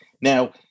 Now